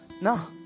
no